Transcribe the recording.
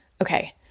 okay